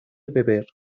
beber